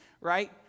Right